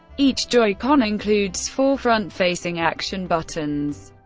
each joy-con includes four front-facing action buttons,